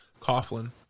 Coughlin